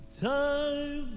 time